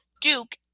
Duke